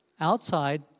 outside